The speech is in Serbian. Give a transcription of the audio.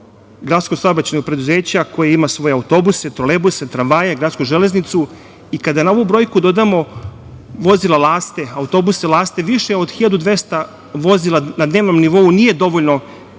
Gradskog saobraćajnog preduzeća koji ima svoje autobuse, trolejbuse, tramvaje, gradsku železnicu i kada na ovu brojku dodamo vozila „Laste“, autobuse „Laste“ više od 1.200 vozila na dnevnom nivou nije dovoljno